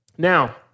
Now